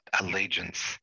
allegiance